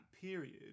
period